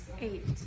Eight